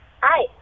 Hi